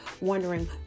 wondering